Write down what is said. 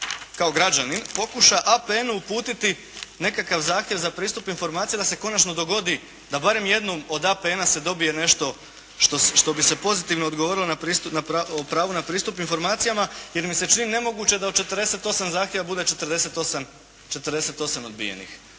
kao građanin pokuša APN-u uputiti nekakav zahtjev za pristup informacija da se konačno dogodi da barem jednom od APN-a se dobije nešto što bi se pozitivno odgovorilo o pravo na pristup informacijama jer mi se čini nemoguće da od 48 zahtjeva bude 48 odbijenih.